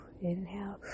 Inhale